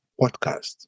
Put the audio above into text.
podcast